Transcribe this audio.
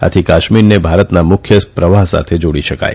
આથી કાશ્મીરને ભારતના મુખ્યપ્રવાહ સાથે જાડી શકાશે